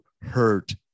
hurt